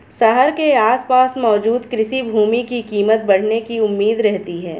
शहर के आसपास मौजूद कृषि भूमि की कीमत बढ़ने की उम्मीद रहती है